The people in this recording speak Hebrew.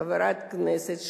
חברת הכנסת,